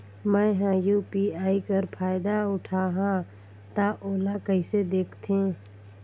मैं ह यू.पी.आई कर फायदा उठाहा ता ओला कइसे दखथे?